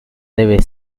debe